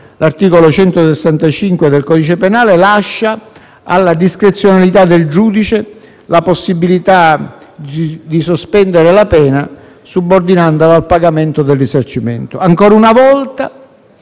l'articolo 165 del codice penale lascia alla discrezionalità del giudice la possibilità di sospendere la pena, subordinandola al pagamento del risarcimento. Ancora una volta